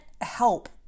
help